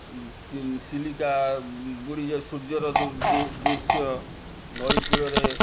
ଚିଲିକା ବୁଡ଼ିବା ସୁର୍ଯ୍ୟର ଦୃଶ୍ୟ ନଈ କୂଳରେ